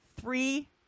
three